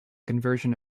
conversion